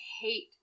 hate